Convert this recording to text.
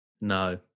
No